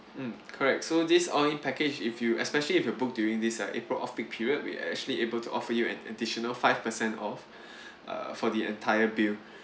mm correct so this all in package if you especially if you book during this uh april off peak period we actually able to offer you an additional five per cent off err for the entire bill